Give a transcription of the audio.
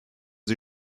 sie